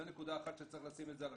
זו נקודה אחת שצריך לשים על השולחן.